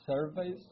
surveys